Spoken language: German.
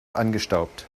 angestaubt